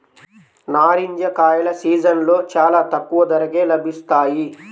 నారింజ కాయల సీజన్లో చాలా తక్కువ ధరకే లభిస్తాయి